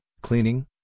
cleaning